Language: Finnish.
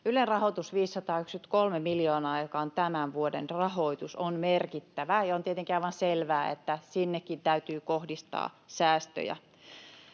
Ylen rahoitus 593 miljoonaa, joka on tämän vuoden rahoitus, on merkittävä, ja on tietenkin aivan selvää, että sinnekin täytyy kohdistaa säästöjä.